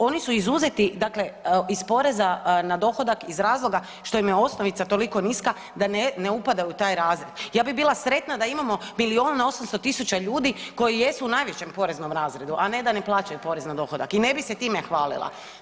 Oni su izuzeti, dakle iz poreza na dohodak iz razloga što im je osnovica toliko niska da ne upada u taj razred, ja bi bila sretna da imamo milijun i 800 tisuća ljudi koji jesu u najvećem poreznom razredu a ne da ne plaćaju porez na dohodak i ne bi se time hvalila.